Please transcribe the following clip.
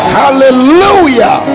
hallelujah